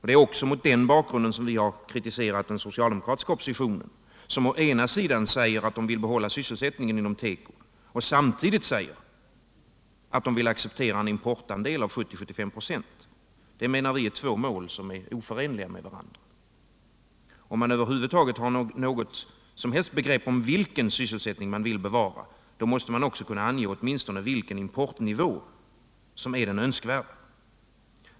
Det är också mot den bakgrunden vi kritiserat den socialdemokratiska oppositionen, som å ena sidan säger att den vill behålla sysselsättningen inom teko och å andra sidan säger att den vill acceptera en importandel av 70-75 96. Det menar vi är två mål som är oförenliga med varandra. Om man över huvud taget har något som helst begrepp om vilken sysselsättning man vill bevara, då måste man också kunna ange åtminstone vilken importnivå som är den önskvärda.